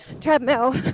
treadmill